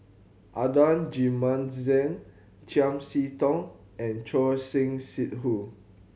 Adan Jimenez Chiam See Tong and Choor Singh Sidhu